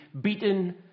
beaten